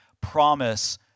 promise